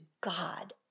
God